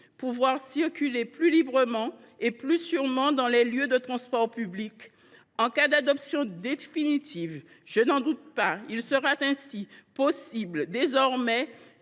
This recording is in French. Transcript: pouvoir circuler plus librement et plus sûrement dans les lieux de transport public. En cas d’adoption définitive – ce dont je ne doute pas –, il sera possible, pour les